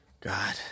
God